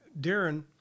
Darren